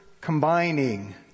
combining